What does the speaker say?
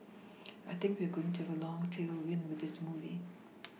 we think we are going to have a long tailwind with this movie